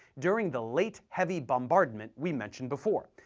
during the late heavy bombardment we mentioned before,